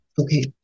Okay